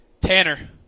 Tanner